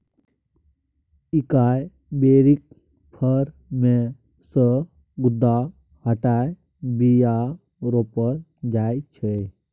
एकाइ बेरीक फर मे सँ गुद्दा हटाए बीया रोपल जाइ छै